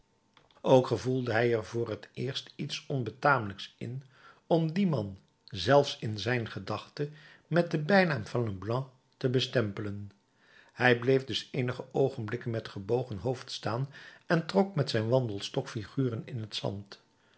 ook gevoelde hij er voor het eerst iets onbetamelijks in om dien man zelfs in zijn gedachte met den bijnaam van leblanc te bestempelen hij bleef dus eenige oogenblikken met gebogen hoofd staan en trok met zijn wandelstok figuren in het zand